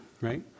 right